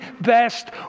best